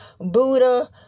Buddha